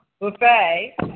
buffet